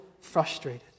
frustrated